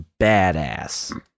badass